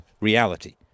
reality